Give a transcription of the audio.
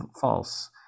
false